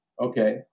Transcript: okay